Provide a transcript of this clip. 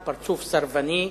הוא פרצוף סרבני,